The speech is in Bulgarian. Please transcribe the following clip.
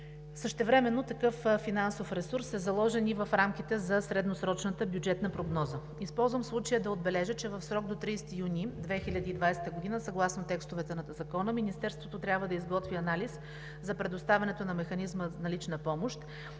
Същевременно такъв финансов ресурс е заложен и в рамките за средносрочната бюджетна прогноза. Използвам случая да отбележа, че в срок до 30 юни 2020 г. съгласно текстовете на Закона Министерството трябва да изготви анализ за предоставянето на механизма за лична помощ